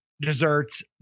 desserts